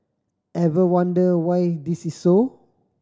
ever wonder why this is so